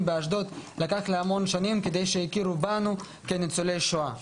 באשדוד לקח לי המון שנים עד שהכירו בנו כניצולי שואה.